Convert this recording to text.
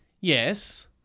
Yes